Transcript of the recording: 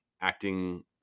acting